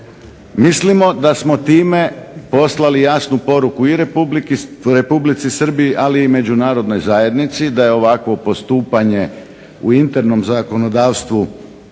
Mislimo da smo time poslali jasnu poruku i Republici Srbiji, ali i Međunarodnoj zajednici da je ovakvo postupanje u internom zakonodavstvu